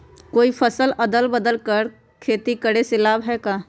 कोई फसल अदल बदल कर के खेती करे से लाभ है का?